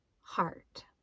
heart